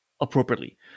appropriately